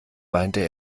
weinte